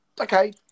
okay